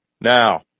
Now